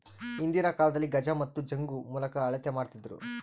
ಹಿಂದಿನ ಕಾಲದಲ್ಲಿ ಗಜ ಮತ್ತು ಜಂಗು ಮೂಲಕ ಅಳತೆ ಮಾಡ್ತಿದ್ದರು